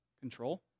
Control